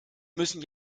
müssen